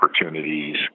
opportunities